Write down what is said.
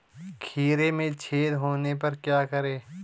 खीरे में छेद होने पर क्या करें?